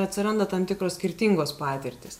atsiranda tam tikros skirtingos patirtys